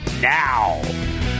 now